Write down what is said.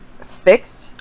fixed